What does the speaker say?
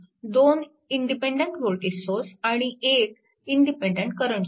2 independent voltage source आणि एक independent current source